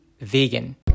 vegan